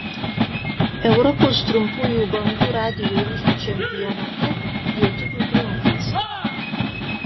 europos trumpųjų bangų radijo ryšių čempionate lietuvių triumfas